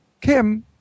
Kim